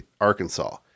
Arkansas